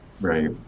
Right